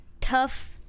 tough